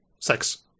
sex